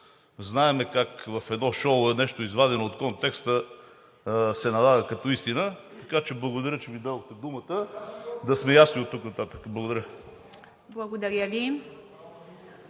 Знаем как в едно шоу нещо, извадено от контекста, се налага като истина, така че благодаря, че ми дадохте думата, за да сме ясни оттук нататък. Благодаря. ПРЕДСЕДАТЕЛ